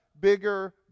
bigger